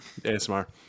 ASMR